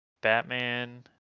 Batman